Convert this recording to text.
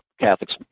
Catholics